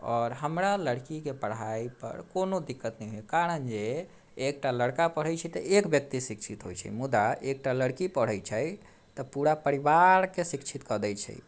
आओर हमरा लड़कीके पढ़ाइ पर कोनो दिक्कत नहि होइया कारण जे एकटा लड़का पढ़ैत छै तऽ एक व्यक्ति शिक्षित होइत छै मुदा एकटा लड़की पढ़ैत छै तऽ पूरा परिवारके शिक्षित कऽ दै छै